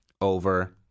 over